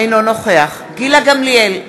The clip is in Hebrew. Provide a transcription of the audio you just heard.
אינו נוכח גילה גמליאל,